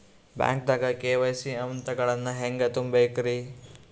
ಬ್ಯಾಂಕ್ದಾಗ ಕೆ.ವೈ.ಸಿ ಗ ಹಂತಗಳನ್ನ ಹೆಂಗ್ ತುಂಬೇಕ್ರಿ?